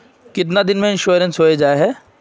कीतना दिन में इंश्योरेंस होबे जाए है?